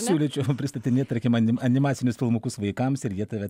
siūlyčiau pristatinėti tarkim anim animacinius filmukus vaikams ir jie tave